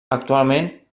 actualment